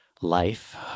life